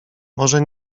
może